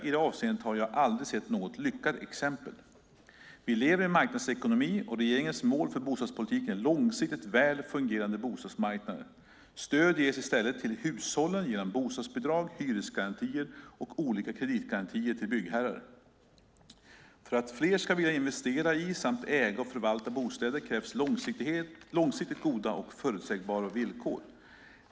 I det avseendet har jag aldrig sett något lyckat exempel. Vi lever i en marknadsekonomi och regeringens mål för bostadspolitiken är långsiktigt väl fungerande bostadsmarknader. Stöd ges i stället till hushållen genom bostadsbidrag, hyresgarantier och olika kreditgarantier till byggherrar. För att fler ska vilja investera i samt äga och förvalta bostäder krävs långsiktigt goda och förutsägbara villkor.